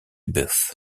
buff